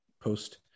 post